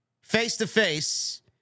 face-to-face